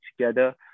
together